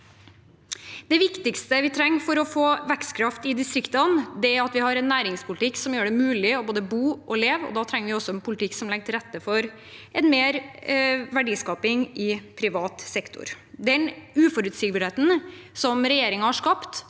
Det viktigste vi trenger for å få vekstkraft i distriktene, er en næringspolitikk som gjør det mulig å både bo og leve, og da trenger vi en politikk som legger til rette for mer verdiskaping i privat sektor. Den uforutsigbarheten som regjeringen har skapt,